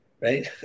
right